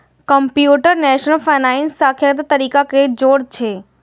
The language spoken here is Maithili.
कंप्यूटेशनल फाइनेंस संख्यात्मक तरीका पर जोर दै छै